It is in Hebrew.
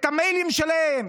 את המיילים שלהם.